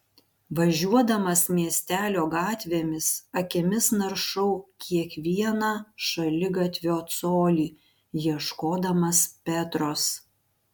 važiuodamas miestelio gatvėmis akimis naršau kiekvieną šaligatvio colį ieškodamas petros